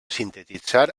sintetitzar